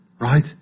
Right